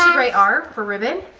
um write r for ribbon?